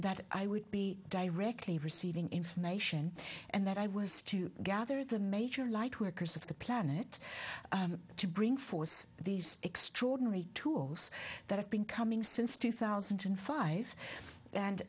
that i would be directly receiving information and that i was to gather the major lightworkers of the planet to bring forth these extraordinary tools that have been coming since two thousand and five and